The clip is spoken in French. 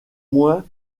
moins